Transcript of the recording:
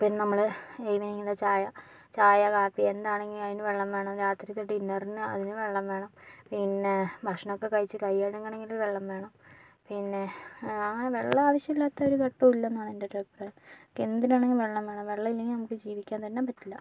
പിന്നെ നമ്മള് ഈവെനിംഗിലെ ചായ ചായ കാപ്പി എന്താണെങ്കിലും അതിന് വെള്ളം വേണം രാത്രിക്കത്തെ ഡിന്നറിന് അതിന് വെള്ളം വേണം പിന്നെ ഭക്ഷണമൊക്കെ കഴിച്ച് കൈ കഴുകണമെങ്കിൽ വെള്ളം വേണം പിന്നെ അങ്ങനെ വെള്ളം ആവശ്യമില്ലാത്ത ഒരു ഘട്ടവും ഇല്ലെന്നാണ് എൻ്റെ ഒരു അഭിപ്രായം എന്തിനാണെങ്കിലും വെള്ളം വേണം വെള്ളം ഇല്ലെങ്കിൽ നമുക്ക് ജീവിക്കാൻ തന്നെ പറ്റില്ല